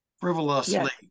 frivolously